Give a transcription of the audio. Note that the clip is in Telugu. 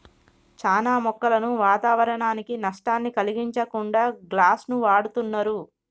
చానా మొక్కలను వాతావరనానికి నష్టాన్ని కలిగించకుండా గ్లాస్ను వాడుతున్నరు